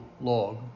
log